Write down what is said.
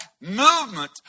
movement